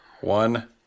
one